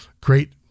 great